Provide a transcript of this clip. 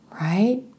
right